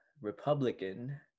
Republican